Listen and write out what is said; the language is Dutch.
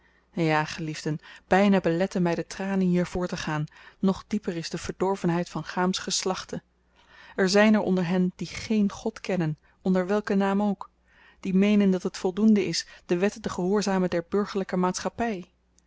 ja geliefden byna beletten my de tranen hier voorttegaan nog dieper is de verdorvenheid van cham's geslachte er zyn er onder hen die geen god kennen onder welken naam ook die meenen dat het voldoende is de wetten te gehoorzamen der burgerlyke maatschappy